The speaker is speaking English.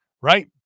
right